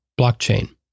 blockchain